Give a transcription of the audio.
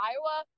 Iowa